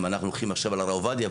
אם אנחנו לוקחים עכשיו על הרב עובדיה,